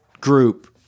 group